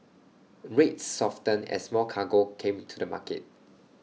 rates softened as more cargo came to the market